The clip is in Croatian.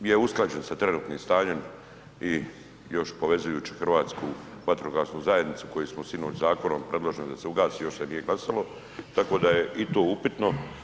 On je usklađen sa trenutnim stanjem i još povezujući hrvatsku vatrogasnu zajednicu koju smo sinoć zakonom predložili da se ugasi, još se nije ugasilo, tako da je i to upitno.